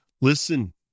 Listen